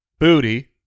Booty